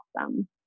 awesome